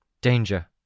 Danger